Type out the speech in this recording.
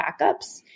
backups